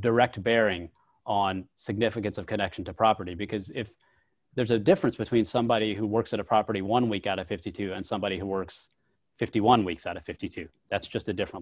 direct bearing on significance of connection to property because if there's a difference between somebody who works at a property one week out of fifty two and somebody who works fifty one weeks out of fifty two that's just a different